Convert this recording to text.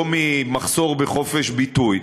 לא ממחסור בחופש ביטוי.